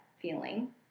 feeling